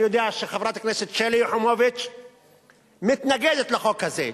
אני יודע שחברת הכנסת שלי יחימוביץ מתנגדת לחוק הזה,